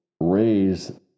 raise